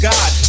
God